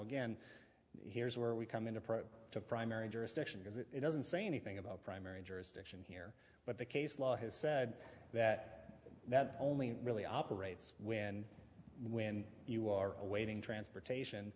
again here is where we come in approach to primary jurisdiction because it doesn't say anything about primary jurisdiction he but the case law has said that that only really operates when when you are awaiting transportation